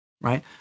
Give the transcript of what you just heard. right